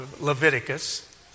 Leviticus